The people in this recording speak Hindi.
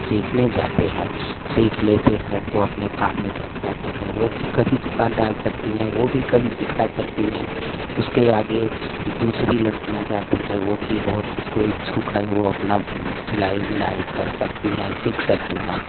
सीखने जाते हैं सीख लेते हैं तो अपने काम में लग जाते हैं वो भी कहीं दुकान डाल सकती हैं वो भी कहीं सिखा सकती हैं उसके आगे दूसरी लडकियां जाती है वो भी बहुत जिसको इच्छुक है अपना सिलाई बिनाई कर सकती है सीख सकती हैं